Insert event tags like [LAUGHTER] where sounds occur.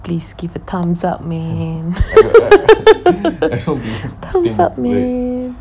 please give a thumbs up man [LAUGHS] thumbs up man